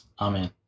Amen